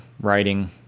writing